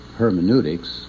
hermeneutics